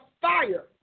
fire